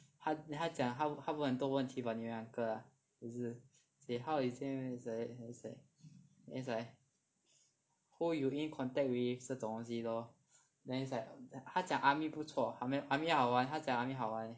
then 他讲他问很多问题 about 你们两个 lah say how is he is like who you in contact with 这种东西 lor then is like 他讲 army 不错 army 好玩他讲 army 好玩